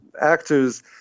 actors